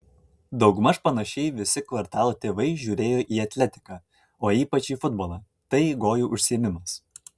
daugmaž panašiai visi kvartalo tėvai žiūrėjo į atletiką o ypač į futbolą tai gojų užsiėmimas